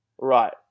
right